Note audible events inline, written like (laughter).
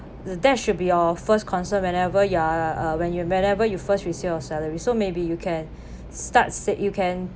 that should be your first concern whenever you're uh when you whenever you first received your salary so maybe you can (breath) start sa~ you can